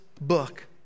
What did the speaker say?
book